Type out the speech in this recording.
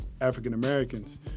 African-Americans